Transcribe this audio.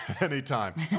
anytime